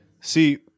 See